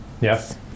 Yes